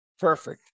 Perfect